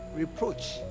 Reproach